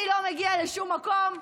אני לא מגיע לשום מקום.